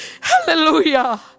Hallelujah